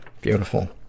Beautiful